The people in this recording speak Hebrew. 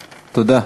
תודה.